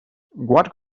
what